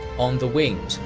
on the wings,